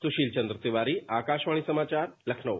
सुशील चंद्र तिवारी आकाशवाणी समाचार लखनऊ